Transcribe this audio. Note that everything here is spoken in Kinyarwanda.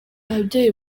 ababyeyi